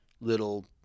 little